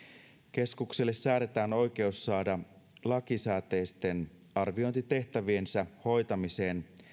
keskukselle säädetään oikeus saada lakisääteisten arviointitehtäviensä hoitamiseen